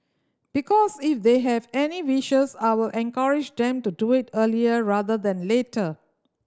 because if they have any wishes I will encourage them to do it earlier rather than later